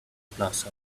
plaza